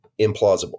implausible